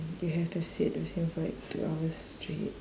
you have to sit with her for like two hours straight